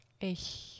Ich